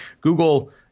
Google